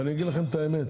ואני אגיד לכם את האמת,